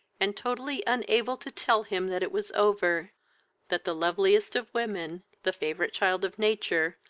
and totally unable to tell him that it was over that the loveliest of women, the favourite child of nature,